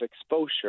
exposure